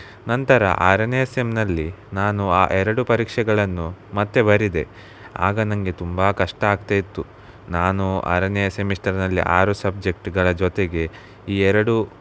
ನಂತರ ಆರನೇ ಸೆಮ್ನಲ್ಲಿ ನಾನು ಆ ಎರಡು ಪರೀಕ್ಷೆಗಳನ್ನು ಮತ್ತೆ ಬರೆದೆ ಆಗ ನನಗೆ ತುಂಬ ಕಷ್ಟ ಆಗ್ತಾ ಇತ್ತು ನಾನು ಆರನೇ ಸೆಮಿಸ್ಟರ್ನಲ್ಲಿ ಆರು ಸಬ್ಜೆಕ್ಟ್ಗಳ ಜೊತೆಗೆ ಈ ಎರಡು